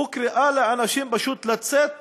הוא קריאה לאנשים פשוט לצאת